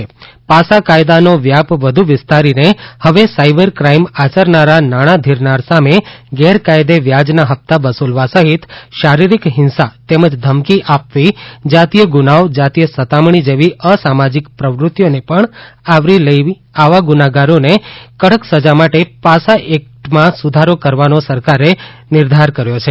પાસા કાયદાનો વ્યાપ વધુ વિસ્તારીને હવે સાયબર ક્રાઇમ આચરનારા નાણાં ધીરધાર સામે ગેરકાયદે વ્યાજના હપ્તા વસુલવા સહિત શારીરિક હિંસા તેમજ ધમકી આપવી જાતિય ગુનાઓ જાતિય સતામણી જેવી અસાસાજીક પ્રવૃત્તિઓને પણ આવરી લઇ આવા ગૂનેગારોને કડક સજા માટે પાસા એકટમાં સુધારાઓ કરવાનો સરકારે નિર્ધાર કર્યો છે